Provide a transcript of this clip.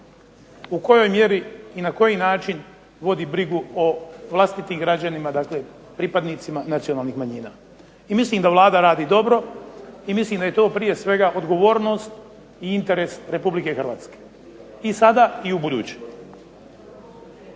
u kojoj mjeri i na koji način vodi brigu o vlastitim građanima, dakle pripadnicima nacionalnih manjina. I mislim da Vlada radi dobro i mislim da je to prije svega odgovornost i interes RH i sada i ubuduće.